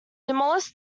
demolished